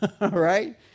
right